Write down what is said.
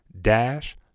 dash